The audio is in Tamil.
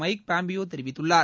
மைக் போம்பியோ தெரிவித்துள்ளார்